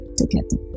together